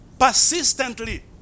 persistently